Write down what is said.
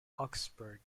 augsburg